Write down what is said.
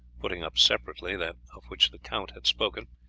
putting up separately that of which the count had spoken,